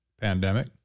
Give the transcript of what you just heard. pandemic